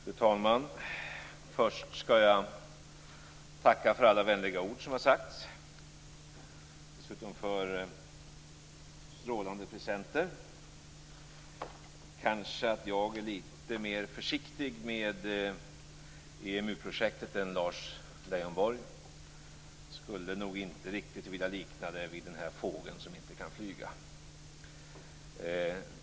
Fru talman! Först skall jag tacka för alla vänliga ord som har sagts, dessutom för strålande presenter. Kanske är jag lite mer försiktig med EMU projektet än Lars Leijonborg. Jag skulle nog inte riktigt vilja likna det vid den där fågeln som inte kan flyga.